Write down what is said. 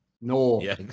No